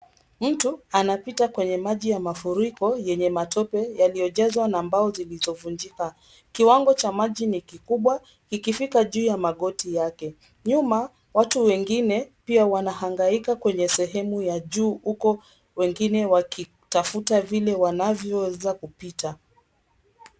Mtu anapita kwenye maji ya mafuriko yenye matope yaliyojazwa na mbao zilizovunjika. Kiwango cha maji ni kikubwa ikifika juu ya magoti yake. Nyuma, watu wengine pia wanahangaika kwenye sehemu ya juu huku wengine wakitafuta vile wanavyoweza kupita.